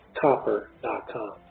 copper.com